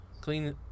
Clean